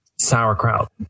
Sauerkraut